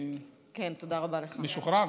אני משוחרר?